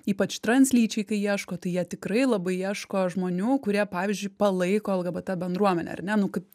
ypač translyčiai kai ieško tai jie tikrai labai ieško žmonių kurie pavyzdžiui palaiko lgbt bendruomenę ar ne nu kaip